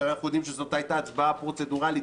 שאנחנו יודעים שזאת הייתה הצבעה פרוצדורלית